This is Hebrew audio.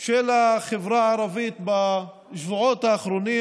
של החברה הערבית בשבועות האחרונים,